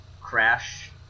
crash